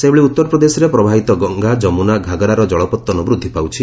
ସେହିଭଳି ଉତ୍ତରପ୍ରଦେଶରେ ପ୍ରବାହିତ ଗଙ୍ଗା ଯମୁନା ଘାଗରାର ଜଳପତନ ବୃଦ୍ଧି ପାଉଛି